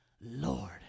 Lord